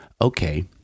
okay